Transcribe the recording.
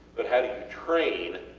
but how do you train